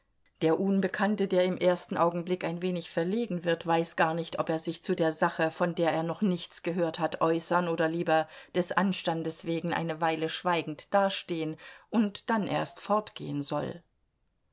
der unbekannte der im ersten augenblick ein wenig verlegen wird weiß gar nicht ob er sich zu der sache von der er noch nichts gehört hat äußern oder lieber des anstandes wegen eine weile schweigend dastehen und dann erst fortgehen soll